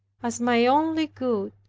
as my only good,